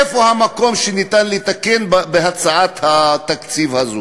איפה המקום שאפשר לתקן בהצעת התקציב הזאת?